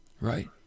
Right